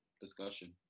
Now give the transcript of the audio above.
discussion